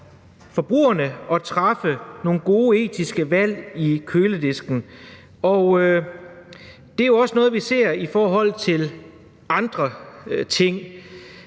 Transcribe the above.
forbrugerne at træffe nogle gode etiske valg ved køledisken, og det er jo også noget, vi ser i forhold til andre ting.